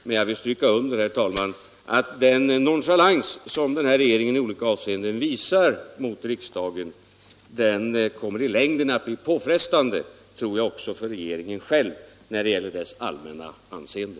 Men jag vill stryka under att den nonchalans som den här regeringen i olika avseenden visar mot riksdagen tror jag i längden kommer att bli påfrestande också för regeringen själv när det gäller dess allmänna anseende.